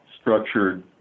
structured